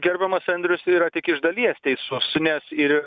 gerbiamas andrius yra tik iš dalies teisus nes ir